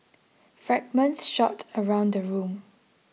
fragments shot around the room